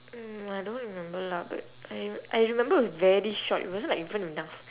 mm I don't remember lah but I I remember it was very short it wasn't like even enough